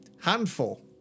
Handful